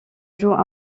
jouent